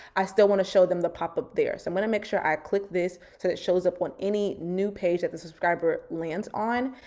i still wanna show them the pop-up there. so i'm gonna make sure i click this so that it shows up on any new page that the subscriber lands on.